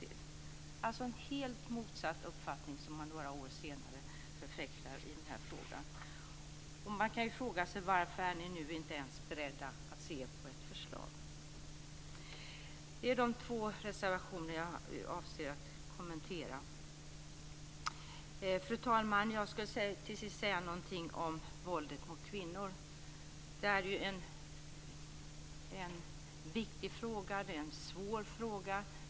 Det är alltså en helt motsatt uppfattning som man några år senare förfäktar i den här frågan. Man kan fråga sig varför ni nu inte ens är beredda att se på ett förslag. Det är de två reservationer jag avser att kommentera. Fru talman! Till sist ska jag säga någonting om våldet mot kvinnor. Det är en viktig och svår fråga.